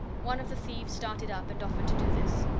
one of the thieves started up and offered to do this,